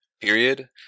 period